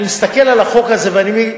אני מסתכל על החוק הזה ואני אומר,